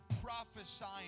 prophesying